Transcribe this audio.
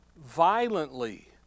violently